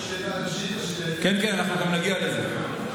אדוני, שאלת המשך, כן, כן, אנחנו נגיע לזה.